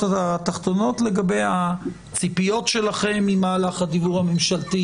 התחתונות לגבי הציפיות שלכם ממהלך הדיוור הממשלתי,